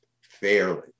fairly